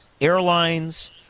airlines